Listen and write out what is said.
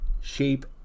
shape